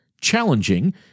challenging